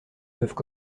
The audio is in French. peuvent